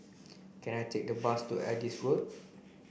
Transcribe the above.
can I take the bus to Adis Road